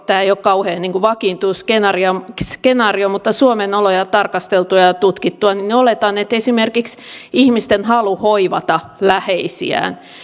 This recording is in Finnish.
tämä ei ole kauhean vakiintunut skenaario skenaario suomen oloja tarkasteltuani ja tutkittuani että esimerkiksi ihmisten halu hoivata läheisiään